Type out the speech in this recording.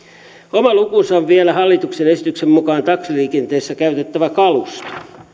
oma lukunsa on vielä hallituksen esityksen mukaan taksiliikenteessä käytettävä kalusto